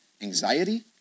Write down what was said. anxiety